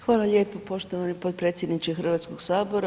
Hvala lijepo poštovani potpredsjedniče Hrvatskog sabora.